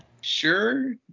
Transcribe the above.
Sure